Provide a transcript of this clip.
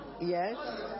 Yes